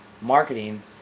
marketing